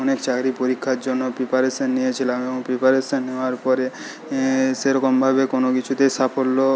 অনেক চাকরির পরীক্ষার জন্য প্রিপারেশন নিয়েছিলাম এবং প্রিপারেশন নেওয়ার পরে সেরকমভাবে কোনো কিছুতেই সাফল্য